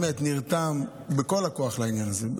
והוא באמת נרתם בכל הכוח לעניין הזה,